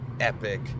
epic